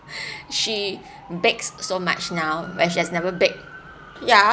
she bakes so much now when she has never bake ya